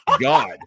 God